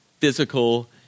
physical